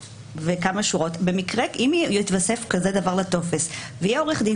ולנמק בכמה שורות אם יתווסף דבר כזה לטופס ויהיה עורך דין